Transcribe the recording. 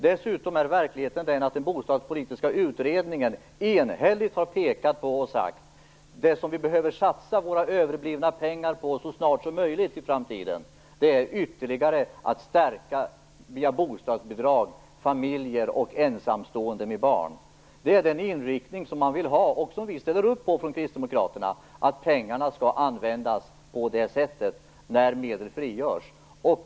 Dessutom är verkligheten den att den bostadspolitiska utredningen enhälligt har sagt att det vi behöver satsa våra överblivna pengar på så snart som möjligt i framtiden är att via bostadsbidrag ytterligare stärka familjer och ensamstående med barn. Det är den inriktning man vill ha, och som vi ställer upp på från Kristdemokraterna. Pengarna skall användas på det sättet när medel frigörs.